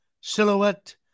Silhouette